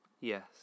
Yes